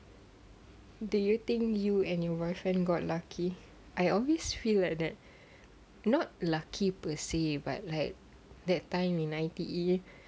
do you think you and your boyfriend got lucky I always feel like that not lucky [pe] seh but like that time in I_T_E